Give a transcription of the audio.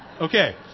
Okay